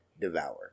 devour